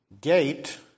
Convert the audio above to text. gate